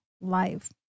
life